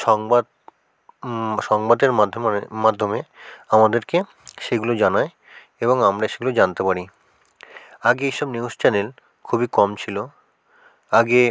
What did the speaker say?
সংবাদ সংবাদের মাধ্যমরে মাধ্যমে আমাদেরকে সেগুলো জানায় এবং আমরা সেগুলো জানতে পারি আগে এই সব নিউজ চ্যানেল খুবই কম ছিলো আগে